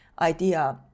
idea